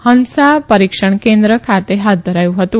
હંસા પરિક્ષણ કેન્દ્ર ખાતે હાથ ધરાયું હતું